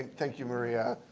thank you, maria.